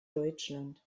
deutschland